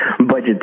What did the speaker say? budget